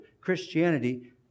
Christianity